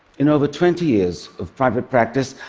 in over twenty years of private practice,